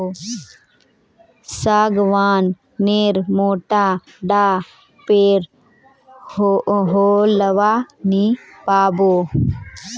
सागवान नेर मोटा डा पेर होलवा नी पाबो